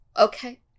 okay